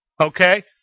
okay